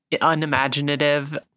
unimaginative